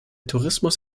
tourismus